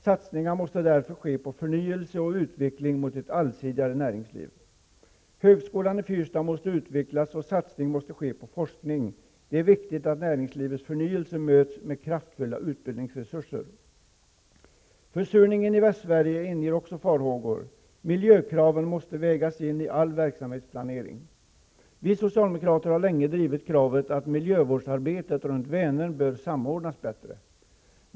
Satsningar måste därför ske på förnyelse och utveckling mot ett allsidigare näringsliv. Högskolan i Fyrstad måste utvecklas och satsning måste ske på forskning. Det är viktigt att näringslivets förnyelse möts med kraftfulla utbildningsresurser. Försurningen i Västsverige inger också farhågor. Miljökraven måste vägas in i all verksamhetsplanering. Vi socialdemokrater har länge drivit kravet att miljövårdsarbetet runt Vänern bör samordnas bättre.